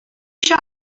eisiau